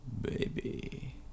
baby